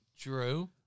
Drew